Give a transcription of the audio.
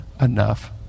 enough